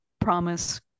promise